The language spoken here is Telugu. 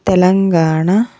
తెలంగాణ